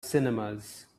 cinemas